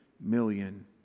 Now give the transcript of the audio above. million